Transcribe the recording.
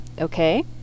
okay